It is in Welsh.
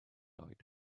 oed